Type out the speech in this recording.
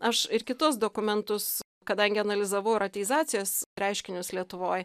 aš ir kitus dokumentus kadangi analizavau ir ateizacijos reiškinius lietuvoj